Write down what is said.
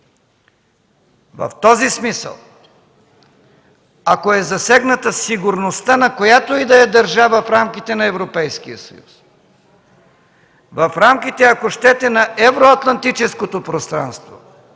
В този смисъл, ако е засегната сигурността на която и да е държава в рамките на Европейския съюз, в рамките, ако щете, на Евроатлантическото пространство,